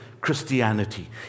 Christianity